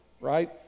right